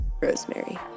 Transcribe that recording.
Rosemary